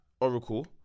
Oracle